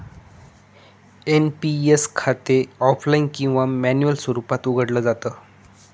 NPS खाते offline किंवा manual स्वरूपात उघडलं जात